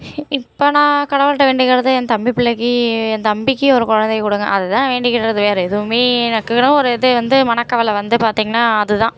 இப்போ நான் கடவுள்ட்ட வேண்டிக்கிறது என் தம்பி பிள்ளைக்கு என் தம்பிக்கு ஒரு குழந்தைய கொடுங்க அது தான் நான் வேண்டிக்கிறது வேறு எதுவுமே எனக்குன்னு ஒரு இது வந்து மனக்கவலை வந்து பார்த்தீங்கன்னா அது தான்